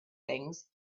things